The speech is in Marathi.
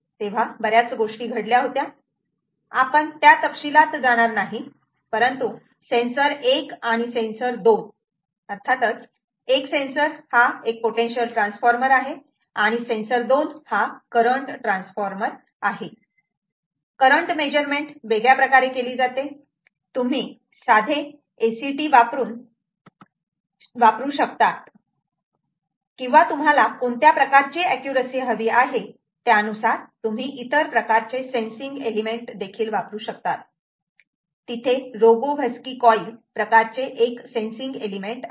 तेव्हा बर्याच गोष्टी घडल्या होत्या आपण त्या तपशिलात जाणार नाही परंतु सेंसर 1 आणि सेंसर 2 अर्थातच एक सेन्सर हा एक पोटेन्शियल ट्रान्सफॉर्मर आहे आणि सेंसर 2 हा करंट ट्रान्सफॉर्मर आहे करंट मेजरमेंट वेगळ्या प्रकारे केली जाते तुम्ही साधे ACT वापरू शकतात किंवा तुम्हाला कोणत्या प्रकारची अँक्युरसी हवी आहे त्यानुसार तुम्ही इतर प्रकारचे सेन्सिंग एलिमेंट देखील वापरू शकतात तिथे रोगोव्हस्की कॉईल प्रकारचे एक सेन्सिंग एलिमेंट आहे